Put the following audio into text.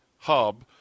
Hub